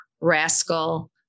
rascal